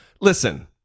Listen